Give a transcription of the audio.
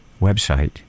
website